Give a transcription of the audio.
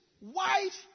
wife